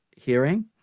hearing